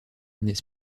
n’est